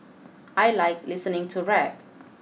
I like listening to rap